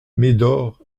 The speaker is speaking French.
médor